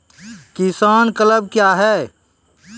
किसान क्लब क्या हैं?